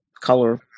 color